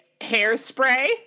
Hairspray